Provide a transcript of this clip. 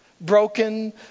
broken